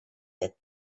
that